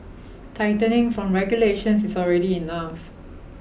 tightening from regulations is already enough